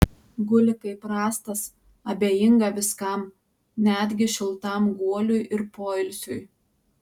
guli kaip rąstas abejinga viskam netgi šiltam guoliui ir poilsiui